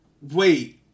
wait